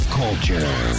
culture